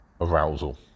arousal